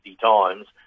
times